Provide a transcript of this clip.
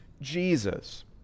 Jesus